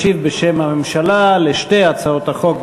ישיב בשם הממשלה על שתי הצעות החוק,